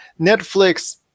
Netflix